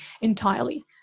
entirely